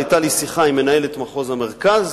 היתה לי שיחה עם מנהלת מחוז המרכז,